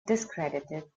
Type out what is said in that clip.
discredited